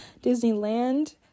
Disneyland